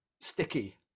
sticky